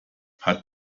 hat